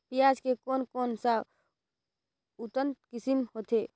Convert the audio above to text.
पियाज के कोन कोन सा उन्नत किसम होथे?